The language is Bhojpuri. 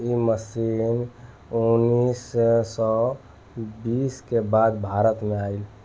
इ मशीन उन्नीस सौ बीस के बाद भारत में आईल